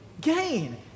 Gain